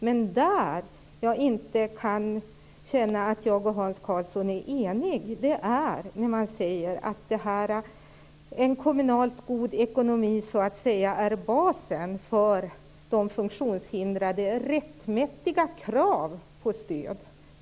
Men jag kan inte känna att jag och Hans Karlsson är eniga när han säger att en god kommunal ekonomi är basen för de funktionshindrades rättmätiga krav på stöd.